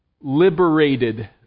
Liberated